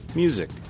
music